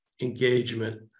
engagement